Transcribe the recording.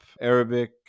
Arabic